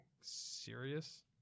serious